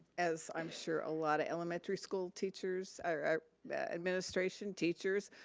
as i'm sure a lot of elementary school teachers or administration, teachers,